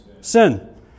Sin